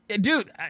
Dude